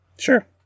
Sure